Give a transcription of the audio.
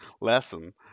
lesson